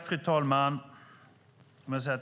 Fru talman!